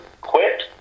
quit